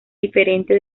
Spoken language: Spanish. diferente